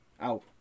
out